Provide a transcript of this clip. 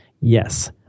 Yes